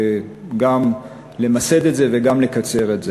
וגם למסד את זה וגם לקצר את זה.